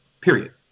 period